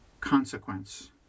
consequence